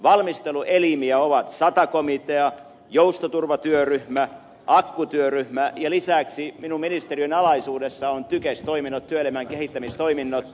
valmisteluelimiä ovat sata komitea joustoturvatyöryhmä akku työryhmä ja lisäksi minun ministeriöni alaisuudessa on tykes toiminnat työelämän kehittämistoiminnot